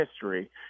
history